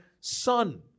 son